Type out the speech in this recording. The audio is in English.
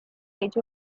age